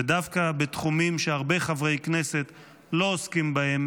ודווקא בתחומים שהרבה חברי כנסת לא עוסקים בהם